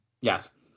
yes